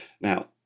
now